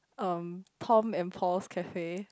um Tom and Paul's Cafe